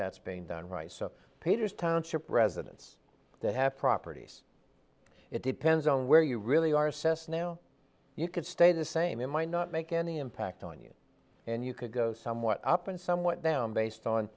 that's being done right so peters township residents that have properties it depends on where you really are assessed now you could stay the same it might not make any impact on you and you could go somewhat up and somewhat down based on